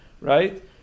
Right